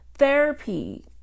therapy